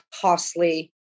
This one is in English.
costly